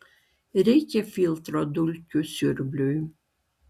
reikia filtro dulkių siurbliui